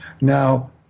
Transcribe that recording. Now